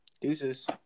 Deuces